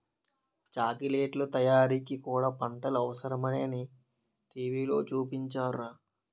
చాకిలెట్లు తయారీకి కూడా పంటలు అవసరమేనని టీ.వి లో చూపించారురా